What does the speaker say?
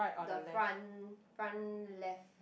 the front front left